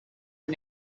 are